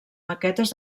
maquetes